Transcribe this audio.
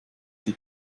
die